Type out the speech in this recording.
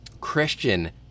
christian